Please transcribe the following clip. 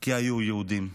כי היו יהודים,